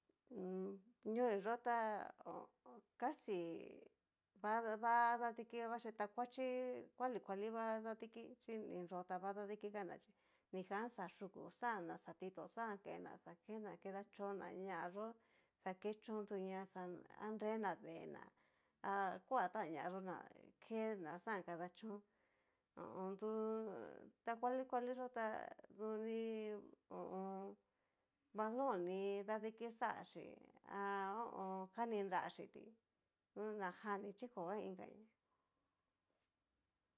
Ñoo hí yo ta ho o casi. ta va dadikivachí ta kuachí, kualia kuali va dadiki chí ni nro ta va dadikigana chí, nijan yá yuku xaná, xa titón xán kená xa kena kiachoná ñaa yó, xa kechóntuña xa a nrena deená, a kua tan ñayó na ke na xán kadachón ho o on. du ta kuali kuali yó tá duni ho o on. balon ni dadiki xáchi há ho o on. kani nráxiti tu najan ni chi koga inka ñá.